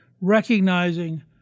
recognizing